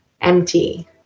empty